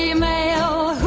yeah male